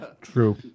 true